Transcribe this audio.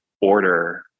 order